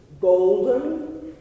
golden